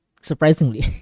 surprisingly